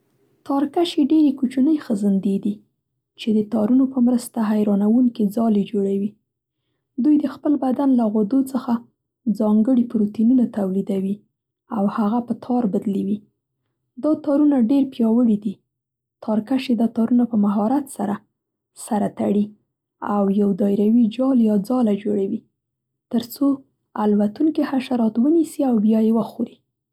تارکشې، ډېرې کوچنۍ خزندې دي چې د تارونو په مرسته حیرانوونکې ځالې جوړوي. دوی د خپل بدن له غدو څخه ځانګړي پروټینونه تولیدوي او هغه په تار بدلوي. دا تارونه ډېر پیاوړي دي. تارکشې دا تارونه په مهارت سره، سره تړي او یو دایروي جال یا ځاله جوړوي، تر څو الوتونکي حشرات ونیسي او بیا یې وخوري.